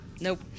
Nope